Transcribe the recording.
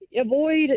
Avoid